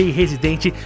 residente